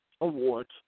awards